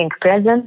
present